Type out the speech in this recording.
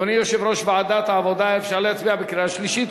ועדת העבודה, אפשר להצביע בקריאה שלישית?